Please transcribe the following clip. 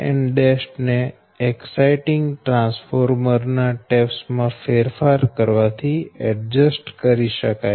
Van' ને exciting transformer ના taps માં ફેરફાર કરવાથી એડજસ્ટ કરી શકાય છે